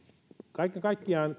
kaiken kaikkiaan